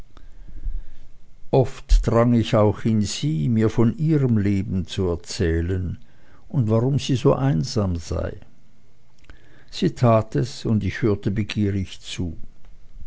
oft drang ich auch in sie mir von ihrem leben zu erzählen und warum sie so einsam sei sie tat es und ich hörte ihr begierig zu